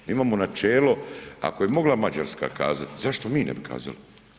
Imamo načelo, ako je mogla Mađarska kazati, zašto mi ne bi kazali?